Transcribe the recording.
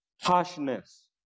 harshness